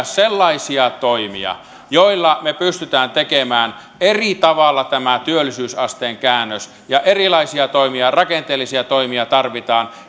sellaisia toimia joilla me pystymme tekemään eri tavalla tämän työllisyysasteen käännöksen erilaisia toimia rakenteellisia toimia tarvitaan